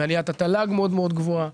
שעליית התל"ג מאוד מאוד גבוהה,